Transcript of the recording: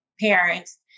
parents